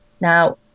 Now